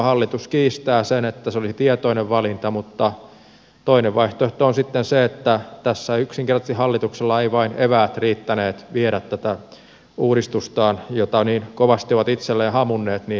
hallitus kiistää sen että se olisi tietoinen valinta mutta toinen vaihtoehto on sitten se että tässä yksinkertaisesti hallituksella eivät vain eväät riittäneet viedä tätä uudistustaan jota niin kovasti ovat itselleen hamunneet maaliin asti